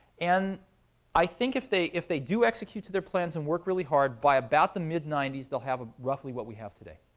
and i think if they if they do execute to their plans and work really hard, by about the mid ninety s, they'll have ah roughly what we have today.